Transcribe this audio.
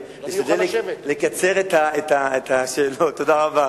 טובת הילד היא הדבר החשוב ביותר.